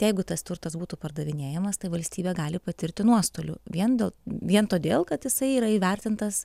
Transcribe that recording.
jeigu tas turtas būtų pardavinėjamas tai valstybė gali patirti nuostolių vien dėl vien todėl kad jisai yra įvertintas